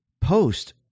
post